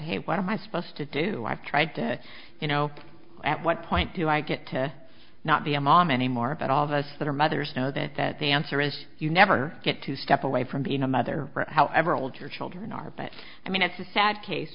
hey what am i supposed to do you know at what point do i get to not be a mom anymore but all of us that are mothers know that that the answer is you never get to step away from being a mother or however old your children are but i mean it's a sad case